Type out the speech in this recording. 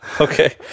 okay